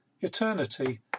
Eternity